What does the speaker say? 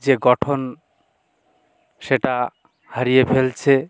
যে গঠন সেটা হারিয়ে ফেলছে